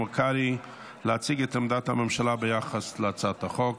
קרעי להציג את עמדת הממשלה ביחס להצעת החוק.